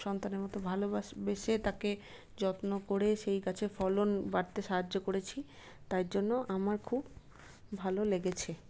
সন্তানের মতো ভালোবাস বেসে তাকে যত্ন করে সেই গাছে ফলন বাড়াতে সাহায্য করেছি তাই জন্য আমার খুব ভালো লেগেছে